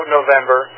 November